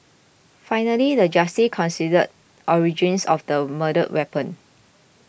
finally the justice considered origins of the murder weapon